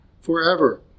forever